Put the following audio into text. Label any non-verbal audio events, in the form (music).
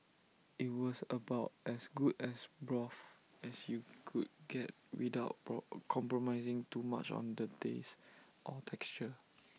IT was about as good as broth (noise) as you could get without compromising too much on taste or texture